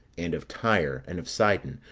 and of tyre, and of sidon,